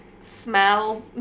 smell